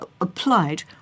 applied